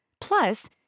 Plus